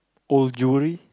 oh jewelry